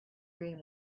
dream